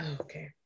okay